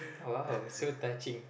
!wow! so touching